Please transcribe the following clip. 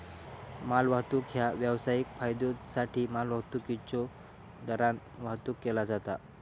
मालवाहतूक ह्या व्यावसायिक फायद्योसाठी मालवाहतुकीच्यो दरान वाहतुक केला जाता